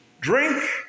drink